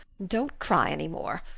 don't cry any more.